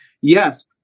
Yes